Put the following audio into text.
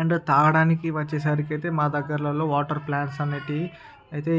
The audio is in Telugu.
అండ్ తాగడానికి వచ్చేసరికయితే మా దగ్గర్లలో వాటర్ ప్లాంట్స్ అనేటివి అయితే